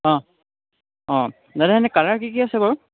অঁ অঁ দাদা এনেই কালাৰ কি কি আছে